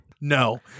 No